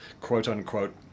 quote-unquote